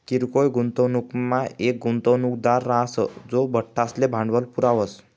किरकोय गुंतवणूकमा येक गुंतवणूकदार राहस जो बठ्ठासले भांडवल पुरावस